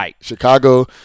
Chicago